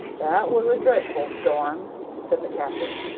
that was a dreadful storm, said the captain.